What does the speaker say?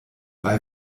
bei